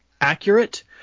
accurate